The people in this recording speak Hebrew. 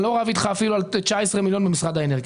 אני לא רב אתך אפילו על 19 מיליון במשרד האנרגיה.